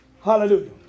Hallelujah